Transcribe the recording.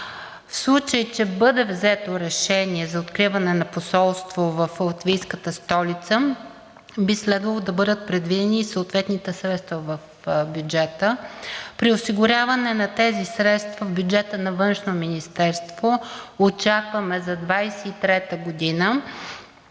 В случай че бъде взето решение за откриване на посолство в латвийската столица, би следвало да бъдат предвидени и съответните средства в бюджета. При осигуряване на тези средства в бюджета на Външно министерство очакваме за 2023 г. да